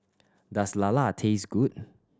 does lala taste good